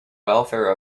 welfare